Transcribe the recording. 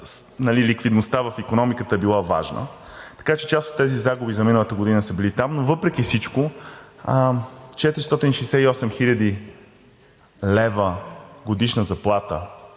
ликвидността в икономиката е била важна. Така че част от тези загуби за миналата година са били там, но въпреки всичко – 468 хил. лв. годишна заплата